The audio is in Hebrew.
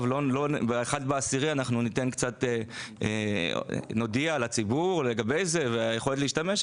ב-1 באוקטובר אנחנו נודיע לציבור לגבי זה ולגבי היכולת להשתמש,